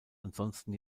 ansonsten